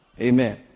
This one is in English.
Amen